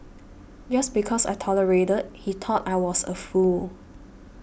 just because I tolerated he thought I was a fool